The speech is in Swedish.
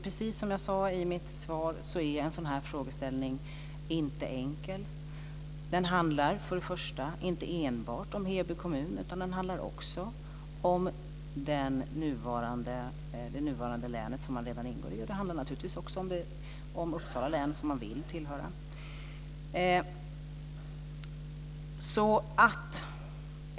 Precis som jag sade i mitt svar är en sådan frågeställning inte enkel. Den handlar först och främst inte enbart om Heby kommun. Den handlar också om det nuvarande länet som kommunen ingår i. Det handlar också om Uppsala län som kommunen vill tillhöra.